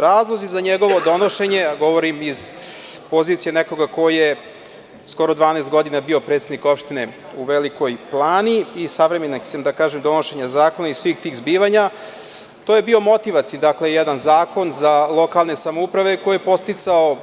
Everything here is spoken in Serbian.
Razlozi za njegovo donošenje, a govorim iz pozicije nekoga ko je skoro 12 godina bio predsednik opštine u Velikoj Plani i savremenik sam, da kažem, donošenja zakona i svih tih zbivanja, to je bio motivacioni jedan zakon za lokalne samouprave koji je podsticao